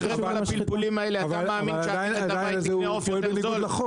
--- אבל עדיין האדם הזה פועל בניגוד לחוק.